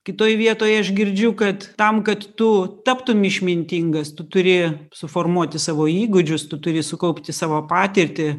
kitoj vietoj aš girdžiu kad tam kad tu taptum išmintingas tu turi suformuoti savo įgūdžius tu turi sukaupti savo patirtį